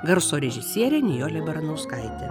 garso režisierė nijolė baranauskaitė